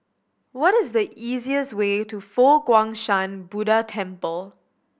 what is the easiest way to Fo Guang Shan Buddha Temple